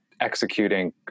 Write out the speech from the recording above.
executing